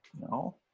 no